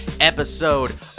episode